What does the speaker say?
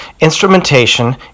instrumentation